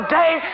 day